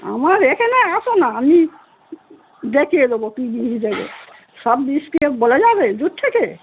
আমার এখানে আসো না আমি দেখিয়ে দেবো কী জিনিস দেখবে সব জিনিস কি বলা যাবে দুর থেকে